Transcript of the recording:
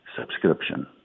subscription